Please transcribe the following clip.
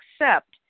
accept